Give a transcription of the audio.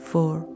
Four